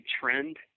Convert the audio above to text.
trend